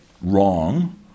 wrong